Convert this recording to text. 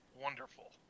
Wonderful